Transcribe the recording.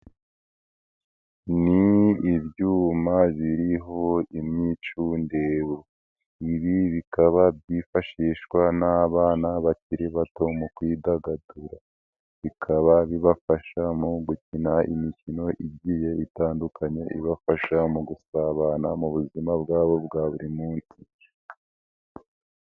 Ni ibyuma biriho imyicundebe, ibi bikaba byifashishwa n'abana bakiri bato mu kwidagadura, bikaba bibafasha mu gukina imikino igiye itandukanye ibafasha mu gusabana mu buzima bwabo bwa buri munsi.